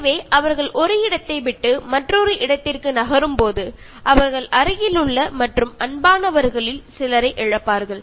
எனவே அவர்கள் ஒரு இடத்தை விட்டு மற்றொரு இடத்திற்க்கு நகரும் போது அவர்கள் அருகிலுள்ள மற்றும் அன்பானவர்களில் சிலரை இழப்பார்கள்